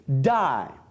die